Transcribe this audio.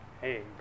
Hey